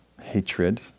hatred